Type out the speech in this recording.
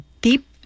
deep